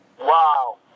Wow